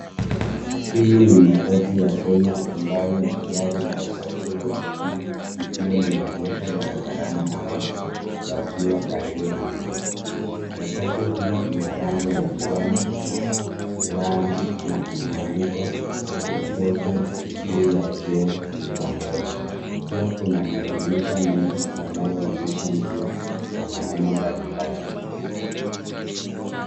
Hii ni matatu ya Kenya ambayo ni gari la usafiri wa umma likiwa limeegeshwa barabarani na watu wakiwa karibu nalo. Matatu hii ina rangi ya kijani na njano na imeandikwa exalted juu ya kioo cha mbele. Pia kuna madirisha mengi yanayoonyesha njia na maneno mbalimbali.